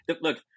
look